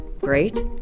great